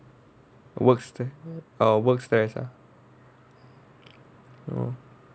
works te~ oh works test ah oh